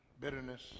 bitterness